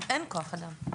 אין כוח אדם,